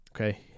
Okay